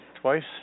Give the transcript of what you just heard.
Twice